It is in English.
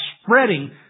spreading